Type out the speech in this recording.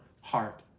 heart